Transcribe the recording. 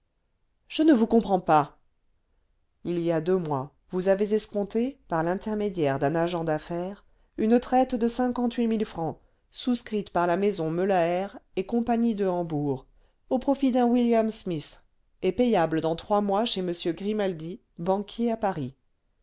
je ne vous comprends pas il y a deux mois vous avez escompté par l'intermédiaire d'un agent d'affaires une traite de cinquante-huit mille francs souscrite par la maison meulaert et compagnie de hambourg au profit d'un william smith et payable dans trois mois chez m grimaldi banquier à paris